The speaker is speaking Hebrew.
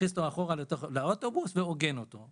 מכניס אותו אחורה לתוך האוטובוס ועוגן אותו.